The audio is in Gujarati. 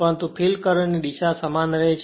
પરંતુ ફિલ્ડ કરંટ ની દિશા સમાન રહે છે